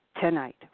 tonight